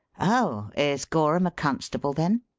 oh! is gorham a constable, then?